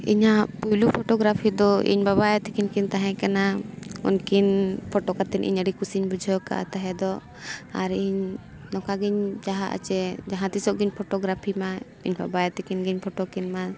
ᱤᱧᱟᱹᱜ ᱯᱩᱭᱞᱩ ᱯᱷᱳᱴᱳᱜᱨᱟᱯᱷᱤ ᱫᱚ ᱤᱧ ᱵᱟᱵᱟ ᱟᱭᱳ ᱛᱟᱠᱤᱱ ᱠᱤᱱ ᱛᱟᱦᱮᱸ ᱠᱟᱱᱟ ᱩᱱᱠᱤᱱ ᱯᱷᱳᱴᱳ ᱠᱟᱛᱮ ᱤᱧ ᱟᱹᱰᱤ ᱠᱩᱥᱤᱧ ᱵᱩᱡᱷᱟᱹᱣ ᱠᱟᱜᱼᱟ ᱛᱟᱦᱮᱸᱫᱚ ᱟᱨ ᱤᱧ ᱱᱚᱝᱠᱟ ᱜᱤᱧ ᱡᱟᱦᱟᱸ ᱪᱮ ᱡᱟᱦᱟᱸ ᱛᱤᱥᱚᱜ ᱜᱤᱧ ᱯᱷᱳᱴᱳᱜᱨᱟᱯᱷᱤ ᱢᱟ ᱤᱧ ᱵᱟᱵᱟ ᱟᱭᱳ ᱛᱟᱠᱤᱱ ᱜᱤᱧ ᱯᱷᱳᱴᱳ ᱠᱤᱱ ᱢᱟ